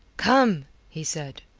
come! he said.